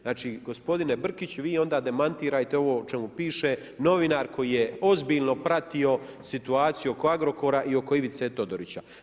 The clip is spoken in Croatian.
Znači gospodine Brkić, vi onda demantirajte ovo o čemu piše novinar koji je ozbiljno pratio situaciju oko Agrokora i oko Ivice Todorića.